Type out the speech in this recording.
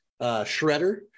Shredder